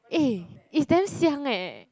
eh it's damn xiang eh